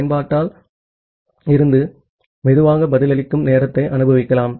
பயன்பாட்டில் இருந்து மெதுவாக பதிலளிக்கும் நேரத்தை அனுபவிக்கலாம்